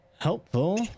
Helpful